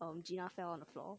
gina fell on the floor